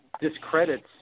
discredits